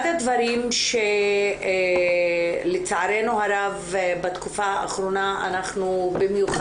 אחד הדברים שלצערנו הרב בתקופה האחרונה במיוחד